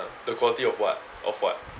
the quality of what of what